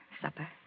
supper